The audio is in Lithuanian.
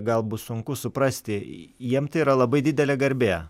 gal bus sunku suprasti jiem tai yra labai didelė garbė